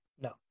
No